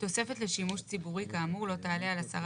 תוספת לשימוש ציבורי כאמור לא תעלה על 10